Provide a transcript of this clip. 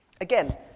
Again